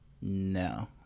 No